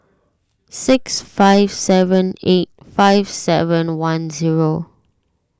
six five seven eight five seven one zero